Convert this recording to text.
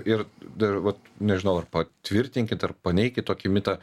ir dar vat nežinau ar patvirtinkit ar paneikit tokį mitą